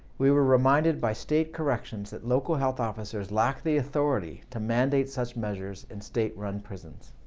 we were reminded by state corrections that local health officers lack the authority to mandate such measures in state-run prisons.